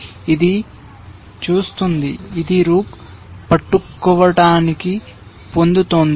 ఇది చూస్తుంది ఇది రూక్ పట్టుకోవటానికి పొందుతోంది